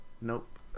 Nope